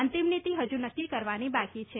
અંતિમ નીતિ હજુ નક્કી કરવાની બાકી છે